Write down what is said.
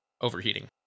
overheating